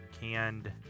Canned